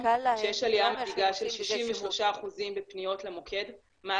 שהם דיווחו שקל להם לא אומר שהם עושים בזה שימוש.